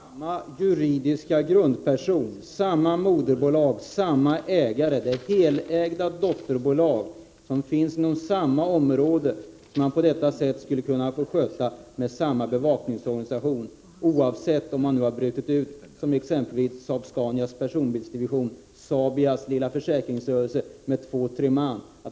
Herr talman! Det är samma juridiska grundperson, samma moderbolag och samma ägare. Det helägda dotterbolaget som finns inom samma område borde få skötas med samma bevakningsorganisation, oavsett om man som exempelvis beträffande Saab-Scanias personbilsdivision har brutit ut Saabias lilla försäkringsrörelse med två tre man.